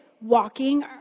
walking